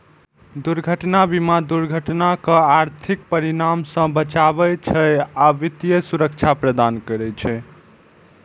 दुर्घटना बीमा दुर्घटनाक आर्थिक परिणाम सं बचबै छै आ वित्तीय सुरक्षा प्रदान करै छै